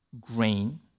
grain